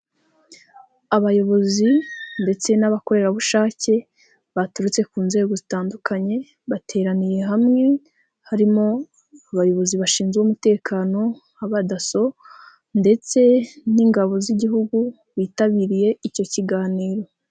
Abayobozi ndetse n'abakorerabushake baturutse ku nzego zitandukanye, bateraniye hamwe harimo abayobozi bashinzwe umutekano nk'abadaso, ndetse n'ingabo z'igihugu bitabiriye icyo kiganiro.